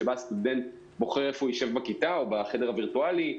שבה הסטודנט בוחר איפה הוא יישב בכיתה או בחדר הווירטואלי,